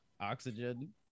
oxygen